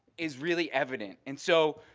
is really evident. and so